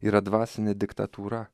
yra dvasinė diktatūra